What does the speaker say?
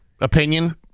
opinion